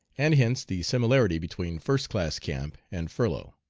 and hence the similarity between first-class camp and furlough.